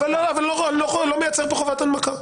אבל אני לא מייצר כאן חובת הנמקה.